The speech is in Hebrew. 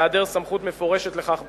בהיעדר סמכות מפורשת לכך בחוק.